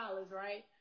right